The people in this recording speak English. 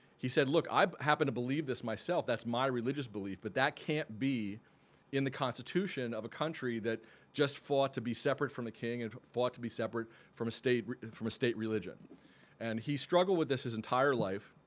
he said, look i happen to believe this myself. that's my religious belief but that can't be in the constitution of a country that just fought to be separate from the king and fought to be separate from a state and from a state religion and he struggled with this his entire life.